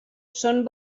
són